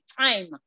time